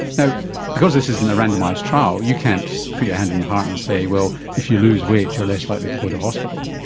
you know because this isn't a randomised trial you can't put your hand on your heart and say, well, if you lose weight you're less likely to go to hospital.